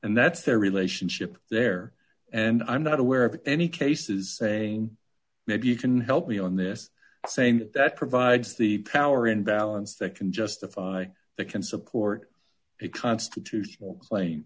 and that's their relationship there and i'm not aware of any cases saying maybe you can help me on this saying that that provides the power imbalance that can justify that can support a constitutional cla